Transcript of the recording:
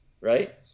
Right